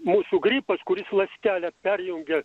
mūsų gripas kuris ląstelę perjungia